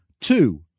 Two